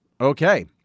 okay